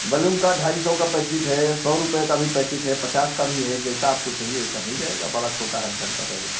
balloon का ढाई साै का पैकिट है सौ रुपये का भी पैकिट है पचास का भी है जैसा आपको चहिए वैसा मिल जाएगा बड़ा छोटा हर ढंग का बैलून